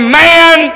man